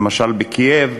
למשל בקייב,